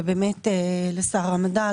ובאמת לשר המדע,